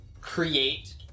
create